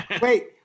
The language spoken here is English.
Wait